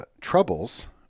troubles